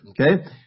Okay